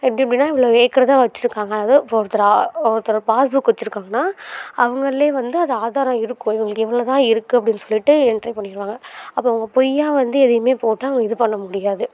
எப்படி எப்படின்னா இவ்வளோ ஏக்கர் தான் வைச்சுருக்காங்க அதாவது இப்போ ஒருத்தர் ஒருத்தர் பாஸ் புக் வைச்சுயிருக்காங்கன்னா அவங்களே வந்து அது ஆதாரம் இருக்கும் இவங்களுக்கு இவ்வளோ தான் இருக்குது அப்படி சொல்லிவிட்டு எண்ட்ரி பண்ணிவிடுவாங்க அப்புறம் அவங்க பொய்யாக வந்து எதையுமே போட்டால் அவங்க இது பண்ண முடியாது